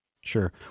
sure